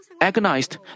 agonized